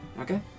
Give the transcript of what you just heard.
Okay